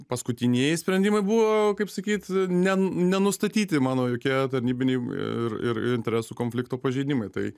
paskutinieji sprendimai buvo kaip sakyt ne nenustatyti mano jokie tarnybiniai ir ir interesų konflikto pažeidimai tai